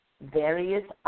various